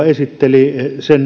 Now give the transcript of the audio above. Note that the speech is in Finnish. esitteli